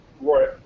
Roy